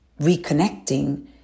reconnecting